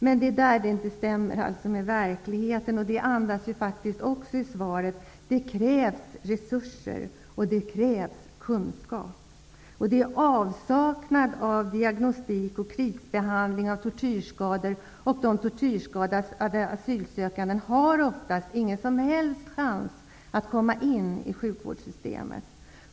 Men det stämmer inte med verkligheten. Det andas det också om i svaret. Det krävs resurser och kunskap. Det saknas diagnostik och krisbehandling av tortyrskador. De tortyrskadade asylsökande har oftast ingen som helst chans att komma in i sjukvårdssystemet.